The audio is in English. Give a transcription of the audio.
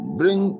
bring